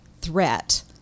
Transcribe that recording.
threat